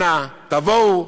אנא, תבואו,